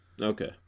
Okay